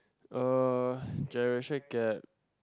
uh generation gap